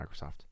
Microsoft